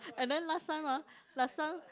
and then last time ah last time